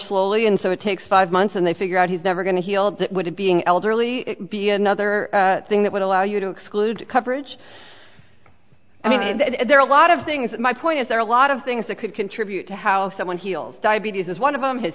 slowly and so it takes five months and they figure out he's never going to heal that would it being elderly be another thing that would allow you to exclude coverage i mean and there are a lot of things that my point is there are a lot of things that could contribute to how someone heals diabetes is one of